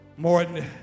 Morton